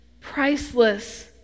priceless